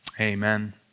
Amen